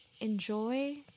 enjoy